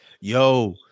Yo